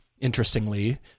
Interestingly